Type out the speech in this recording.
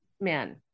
men